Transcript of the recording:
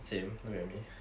same look at me